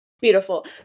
Beautiful